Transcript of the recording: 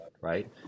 right